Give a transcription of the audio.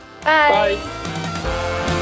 bye